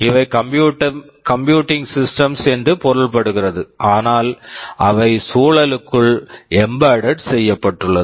இவை computing systems computing systems என்று பொருள் படுகிறது ஆனால் அவை சூழலுக்குள் எம்பெட்டெட் embedded செய்யப்பட்டுள்ளது